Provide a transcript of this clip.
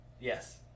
Yes